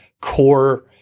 core